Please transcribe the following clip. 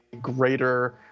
greater